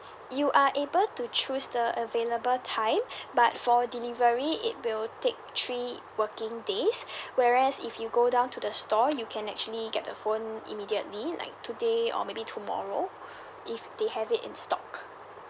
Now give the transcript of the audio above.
you are able to choose the available time but for delivery it will take three working days whereas if you go down to the store you can actually get the phone immediately like today or maybe tomorrow if they have it in stock